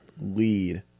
lead